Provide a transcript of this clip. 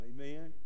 amen